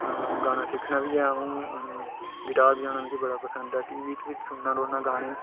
गाना सिक्खना बी ऐ अ'ऊं गिटार बजाना मिगी बड़ा पसंद ऐ टी वी च बी सुनदा रौह्न्ना होन्ना गाने